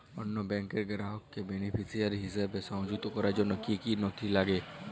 অন্য ব্যাংকের গ্রাহককে বেনিফিসিয়ারি হিসেবে সংযুক্ত করার জন্য কী কী নথি লাগবে?